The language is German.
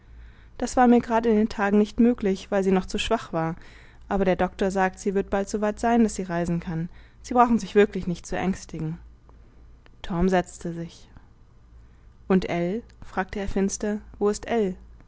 das war mir gerad in den tagen nicht möglich weil sie noch zu schwach war aber der doktor sagt sie wird bald soweit sein daß sie reisen kann sie brauchen sich wirklich nicht zu ängstigen torm setzte sich und ell fragte er finster wo ist